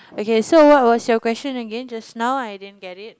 okay so what was your question again just now i didn't get it